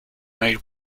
made